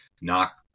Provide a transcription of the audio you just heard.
knock